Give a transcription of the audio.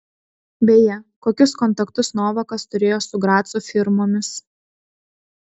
beje kokius kontaktus novakas turėjo su graco firmomis